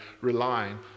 relying